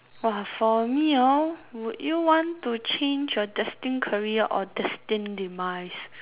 [wah] for me oh would you want to change your destined career or your destined demise